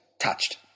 touched